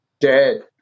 dead